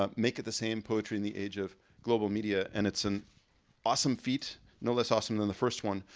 um make it the same poetry in the age of global media and it's an awesome feat no less awesome than the first one.